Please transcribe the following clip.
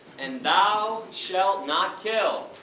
and thou shalt not kill!